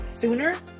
sooner